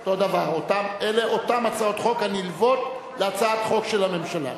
את הצעת חוק התפזרות הכנסת השמונה-עשרה,